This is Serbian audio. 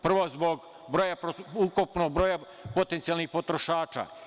Prvo zbog ukupnog broja potencijalnih potrošača.